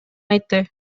айтты